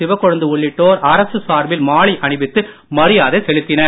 சிவகொழுந்து உள்ளிட்டோர் அரசு சார்பில் மாலை அணிவித்து மரியாதை செலுத்தினர்